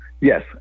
Yes